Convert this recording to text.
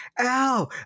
ow